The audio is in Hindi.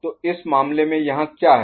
तो इस मामले में यहाँ क्या है